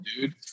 dude